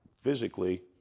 physically